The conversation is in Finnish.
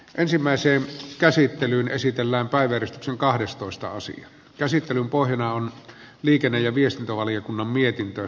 ensimmäiseen käsittelyyn esitellään päivitys on kahdestoista osin käsittelyn pohjana on liikenne ja viestintävaliokunnan mietintö